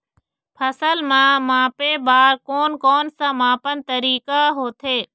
फसल ला मापे बार कोन कौन सा मापन तरीका होथे?